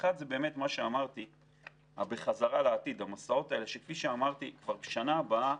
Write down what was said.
אחד זה "בחזרה לעתיד", המסעות האלה שבשנה הבאה